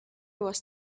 was